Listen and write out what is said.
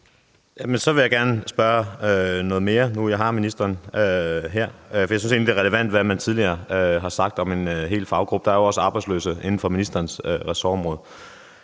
her, gerne spørge om noget mere. For jeg synes egentlig, det er relevant, hvad man tidligere har sagt om en hel faggruppe, og der er jo også arbejdsløse inden for ministerens ressortområde.